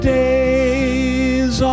days